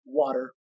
water